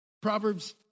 Proverbs